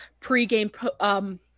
pregame